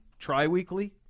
Triweekly